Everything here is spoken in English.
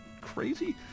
crazy